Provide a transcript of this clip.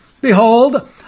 Behold